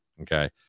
okay